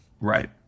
right